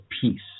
peace